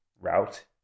route